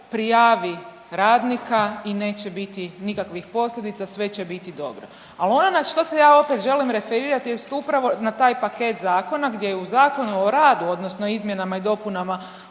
prijavi radnika i neće biti nikakvih posljedica. Sve će biti dobro. Ali ono na što se ja opet želim referirati jest upravo na taj paket zakona gdje je u Zakonu o radu, odnosno izmjenama i dopunama